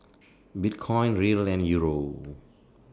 Bitcoin Riel and Euro